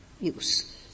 use